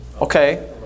okay